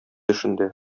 эшендә